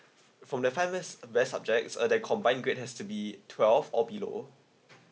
from the five best best subjects uh they combine grade has to be twelve or below